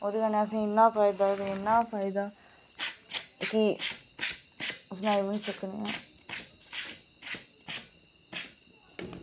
ओह्दे कन्नै असें इन्ना फायदा असें इन्ना फायदा कि सनाई बी निं सकनी आं